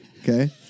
Okay